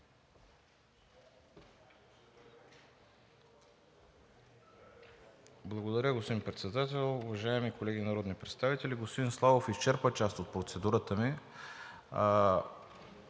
Благодаря, господин Председател. Уважаеми колеги народни представители! Господин Славов изчерпа част от процедурата ми.